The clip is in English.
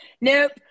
nope